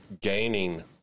gaining